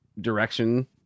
direction